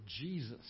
Jesus